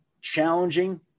challenging